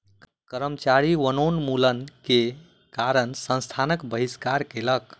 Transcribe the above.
कर्मचारी वनोन्मूलन के कारण संस्थानक बहिष्कार कयलक